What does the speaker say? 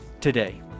today